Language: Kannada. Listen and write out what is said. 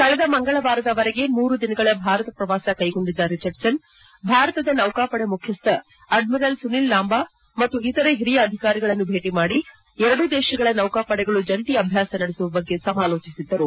ಕಳೆದ ಮಂಗಳವಾರದ ವರೆಗೆ ಮೂರು ದಿನಗಳ ಭಾರತ ಪ್ರವಾಸ ಕೈಗೊಂಡಿದ್ದ ರಿಚರ್ಡ್ಸನ್ ಭಾರತದ ನೌಕಾಪಡೆ ಮುಖ್ಯಸ್ವ ಅಡ್ಡಿರಲ್ ಸುನೀಲ್ ಲಾಂಬಾ ಮತ್ತು ಇತರೆ ಹಿರಿಯ ಅಧಿಕಾರಿಗಳನ್ನು ಭೇಟಿ ಮಾಡಿ ಎರಡೂ ದೇಶಗಳ ನೌಕಾ ಪಡೆಗಳು ಜಂಟಿ ಅಭ್ಯಾಸ ನಡೆಸುವ ಬಗ್ಗೆ ಸಮಾಲೋಚಿಸಿದ್ದರು